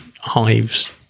hives